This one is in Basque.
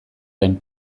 den